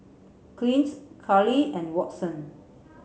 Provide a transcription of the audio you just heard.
Clint Carlie and Watson